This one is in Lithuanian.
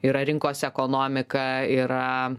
yra rinkos ekonomika yra